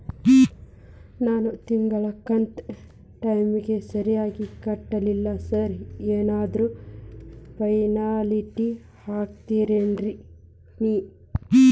ನಾನು ತಿಂಗ್ಳ ಕಂತ್ ಟೈಮಿಗ್ ಸರಿಗೆ ಕಟ್ಟಿಲ್ರಿ ಸಾರ್ ಏನಾದ್ರು ಪೆನಾಲ್ಟಿ ಹಾಕ್ತಿರೆನ್ರಿ?